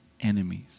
enemies